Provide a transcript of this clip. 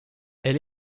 elle